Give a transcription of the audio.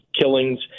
killings